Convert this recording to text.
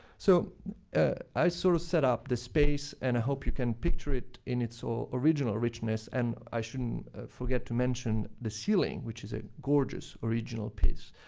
so i sort of set up the space, and i hope you can picture it in its so original richness, and i shouldn't forget to mention the ceiling, which is a gorgeous original piece.